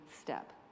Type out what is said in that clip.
step